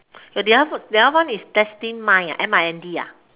your the other the other one is destine mind ah M I N D ah